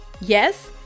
Yes